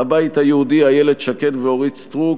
הבית היהודי: איילת שקד ואורית סטרוק.